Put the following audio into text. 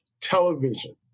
television